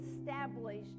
established